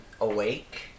awake